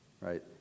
Right